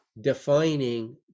defining